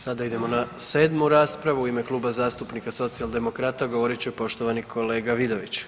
Sada idemo na sedmu raspravu u ime Kluba zastupnika Socijaldemokrata govorit će poštovani kolega Vidović.